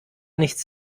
nichts